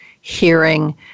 hearing